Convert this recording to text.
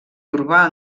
urbà